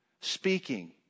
speaking